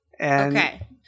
Okay